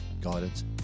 guidance